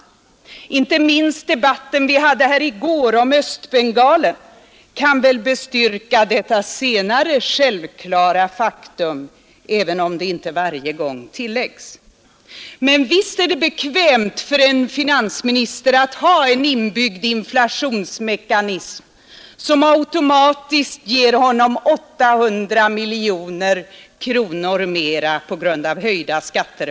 Inte minst debatten här i går om Östbengalen kan väl bestyrka detta senare självklara faktum, även om det inte varje gång tilläggs. Visst är det bekvämt för en finansminister att ha en inbyggd inflationsmekanism, som automatiskt ger honom 800 miljoner kronor mer per år på grund av höjda skatter.